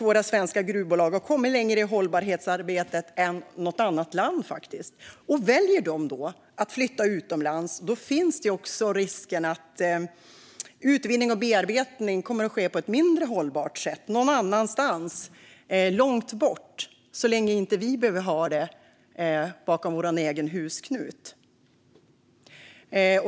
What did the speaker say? Våra svenska gruvbolag har faktiskt kommit längre i hållbarhetsarbetet än något annat land. Väljer de då att flytta utomlands finns också risken att utvinning och bearbetning kommer att ske på ett mindre hållbart sätt någon annanstans långt bort, så länge vi inte behöver ha detta bakom vår egen husknut.